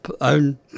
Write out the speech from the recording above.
own